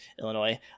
Illinois